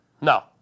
No